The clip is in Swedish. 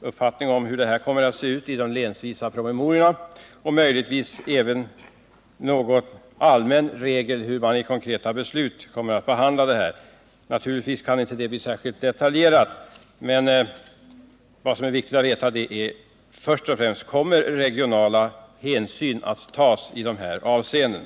uppfattning när det gäller hur sådana här spörsmål kommer att behandlas i de länsvisa promemoriorna och också i de konkreta besluten. Statsrådets uppfattning kan naturligtvis inte redovisas särskilt detaljerat, men vad som är viktigt att få veta är i första hand om regionala hänsyn kommer att tas i dessa avseenden.